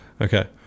Okay